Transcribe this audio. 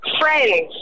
Friends